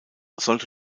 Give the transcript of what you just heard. sollte